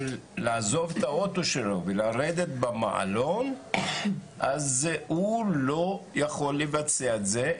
לעזוב את האוטו שלו ולרדת במעלון הוא לא יכול לבצע את זה,